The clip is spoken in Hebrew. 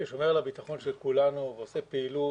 ששומר על הביטחון של כולנו ועושה פעילות